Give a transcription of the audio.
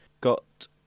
got